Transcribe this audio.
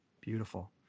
beautiful